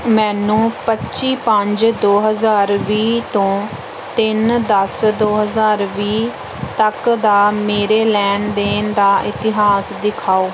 ਮੈਨੂੰ ਪੱਚੀ ਪੰਜ ਦੋ ਹਜ਼ਾਰ ਵੀਹ ਤੋਂ ਤਿੰਨ ਦੱਸ ਦੋ ਹਜ਼ਾਰ ਵੀਹ ਤੱਕ ਦਾ ਮੇਰੇ ਲੈਣ ਦੇਣ ਦਾ ਇਤਿਹਾਸ ਦਿਖਾਓ